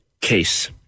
case